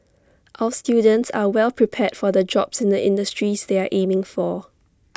our students are well prepared for the jobs in the industries they are aiming for